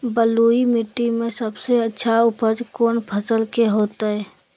बलुई मिट्टी में सबसे अच्छा उपज कौन फसल के होतय?